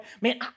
Man